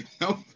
Nope